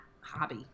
hobby